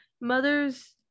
mothers